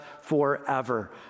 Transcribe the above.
forever